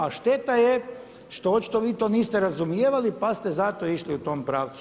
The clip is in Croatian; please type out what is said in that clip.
A šteta je što očito vi to niste razumijevali pa ste zato išli u tom pravcu.